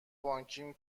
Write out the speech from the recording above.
بانکیم